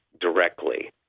directly